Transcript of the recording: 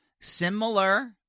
Similar